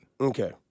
Okay